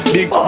Big